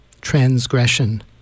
transgression